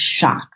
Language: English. shock